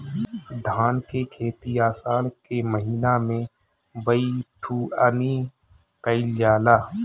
धान के खेती आषाढ़ के महीना में बइठुअनी कइल जाला?